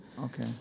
Okay